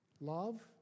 love